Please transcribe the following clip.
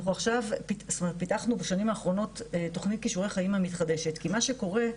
אנחנו פיתחנו בשנים האחרונות תכנית כישורי חיים מתחדשת כי מה שקורה,